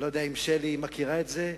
אני לא יודע אם שלי מכירה את זה,